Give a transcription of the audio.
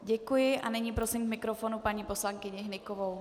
Děkuji a nyní prosím k mikrofonu paní poslankyni Hnykovou.